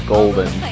Golden